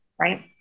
right